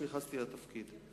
כשנכנסתי לתפקיד,